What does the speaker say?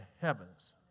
heavens